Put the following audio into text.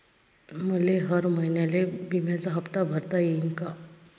मले हर महिन्याले बिम्याचा हप्ता भरता येईन का?